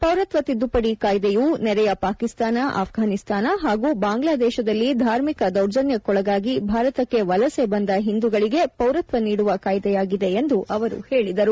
ಪೌರತ್ವ ತಿದ್ದುಪಡಿ ಕಾಯ್ದೆಯು ನೆರೆಯ ಪಾಕಿಸ್ತಾನ ಆಫ್ರಾನಿಸ್ತಾನ ಹಾಗೂ ಬಾಂಗ್ಲಾದೇಶದಲ್ಲಿ ಧಾರ್ಮಿಕ ದೌರ್ಜನ್ಟಕ್ಕೊಳಗಾಗಿ ಭಾರತಕ್ಕೆ ವಲಸೆ ಬಂದ ಹಿಂದುಗಳಿಗೆ ಪೌರತ್ವ ನೀಡುವ ಕಾಯ್ದೆಯಾಗಿದೆ ಎಂದು ಅವರು ಹೇಳಿದರು